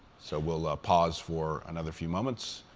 so we'll pause for another few moments